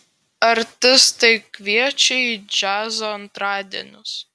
artistai kviečia į džiazo antradienius